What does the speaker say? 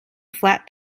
flat